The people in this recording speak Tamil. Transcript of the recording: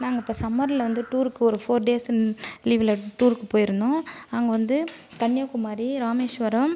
நாங்கள் இப்போ சம்மரில் வந்து டூர் போக ஃபோர் டேஸ் லீவில் டூருக்கு போயிருந்தோம் நாங்கள் வந்து கன்னியாகுமாரி ராமேஸ்வரம்